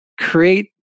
create